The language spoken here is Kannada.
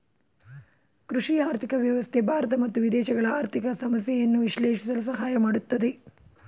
ಕೃಷಿ ಆರ್ಥಿಕ ವ್ಯವಸ್ಥೆ ಭಾರತ ಮತ್ತು ವಿದೇಶಗಳ ಆರ್ಥಿಕ ಸಮಸ್ಯೆಯನ್ನು ವಿಶ್ಲೇಷಿಸಲು ಸಹಾಯ ಮಾಡುತ್ತದೆ